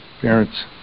parents